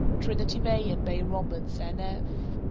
trinity bay and bay roberts, n f.